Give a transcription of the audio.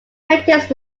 paintings